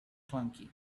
clunky